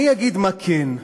אני אגיד מה כן,